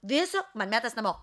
viso man metas namo